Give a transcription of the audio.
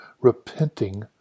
repenting